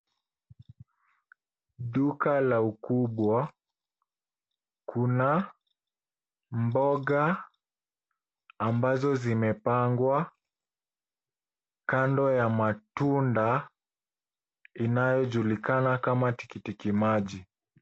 Duka la ukubwa, kuna mboga ambazo zimepangwa kando ya matunda inayojulikana kama tikitimaji.